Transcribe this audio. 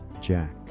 Jack